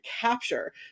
capture